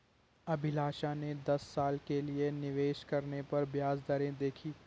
अभिलाषा ने दस साल के लिए निवेश करने पर ब्याज दरें देखी